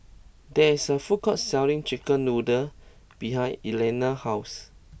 there is a food court selling Chicken Noodles behind Elianna's house